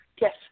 Yes